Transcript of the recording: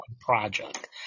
project